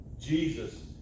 Jesus